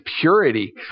purity